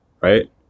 right